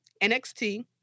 NXT